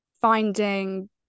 finding